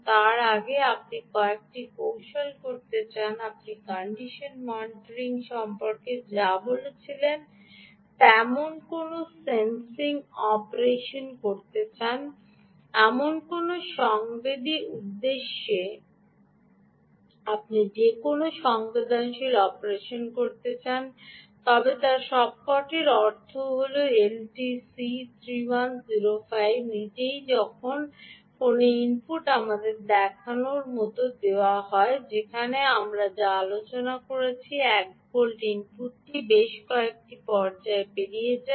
তার আগে আপনি কয়েকটি কৌশল করতে চান আপনি কন্ডিশনারিং মনিটরিং সম্পর্কে যা বলেছিলেন তেমন কোনও সেন্সিং অপারেশন করতে চান এমন কোনও সংবেদী উদ্দেশ্যে আপনি যে কোনও সংবেদনশীল অপারেশন করতে চান তবে তার সবকটির অর্থ হল এলটিসি 3105 নিজেই যখন কোনও ইনপুট আমাদের দেখানোর মতো ব্যবস্থা করে যেমনটি আমরা যা আলোচনা করেছি 1 ভোল্ট ইনপুটটি বেশ কয়েকটি পর্যায় পেরিয়ে যায়